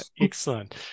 Excellent